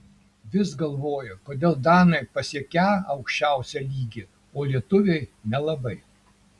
vis galvoju kodėl danai pasiekią aukščiausią lygį o lietuviai nelabai